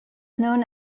known